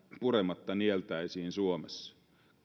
purematta nieltäisiin täällä suomessa